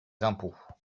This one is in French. impôts